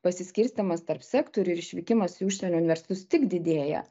pasiskirstymas tarp sektorių ir išvykimas į užsienio universitetus tik didėja